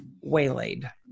waylaid